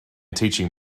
teaching